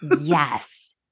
Yes